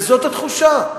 וזאת התחושה.